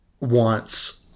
wants